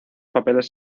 papeles